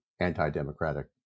anti-democratic